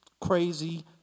crazy